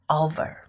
over